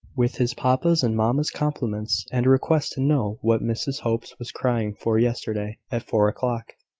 with his papa's and mamma's compliments, and a request to know what mrs hope was crying for yesterday, at four o'clock.